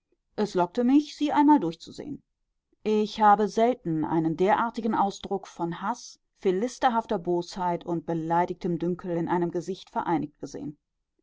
es lockte mich sie einmal durchzusehen ich habe selten einen derartigen ausdruck von haß philisterhafter bosheit und beleidigtem dünkel in einem gesicht vereinigt gesehen